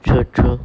true true